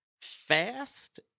fast